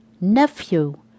Nephew